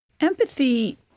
Empathy